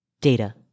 data